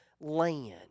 land